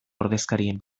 ordezkarien